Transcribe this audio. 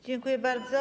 Dziękuję bardzo.